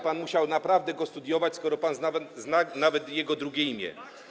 Pan musiał naprawdę go studiować, skoro pan zna nawet jego drugie imię.